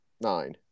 nine